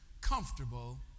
comfortable